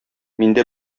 миндә